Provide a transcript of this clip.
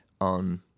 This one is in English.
on